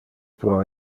pro